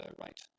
right